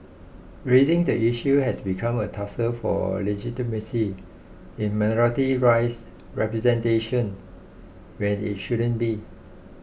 raising the issue has become a tussle for legitimacy in minority rights representation when it shouldn't be